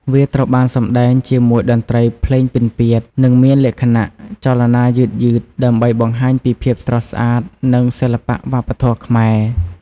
វាត្រូវបានសម្តែងជាមួយតន្ត្រីភ្លេងពិណពាទ្យ និងមានលក្ខណៈចលនាយឺតៗ ដើម្បីបង្ហាញពីភាពស្រស់ស្អាត និងសិល្បៈវប្បធម៌ខ្មែរ។